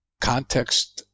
context